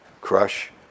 crush